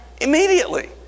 Immediately